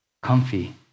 Comfy